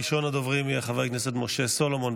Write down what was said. ראשון הדוברים יהיה חבר הכנסת משה סולומון,